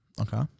Okay